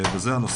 זהו.